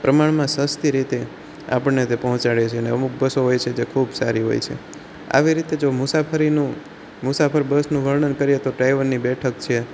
પ્રમાણમાં સસ્તી રીતે આપણને તે પહોંચાડે છે અમુક બસો હોય છે તે ખૂબ સારી હોય છે આવી રીતે જો મુસાફરીનું મુસાફર બસનું વર્ણન કરીએ તો ડાયવર ની જે બેઠક છે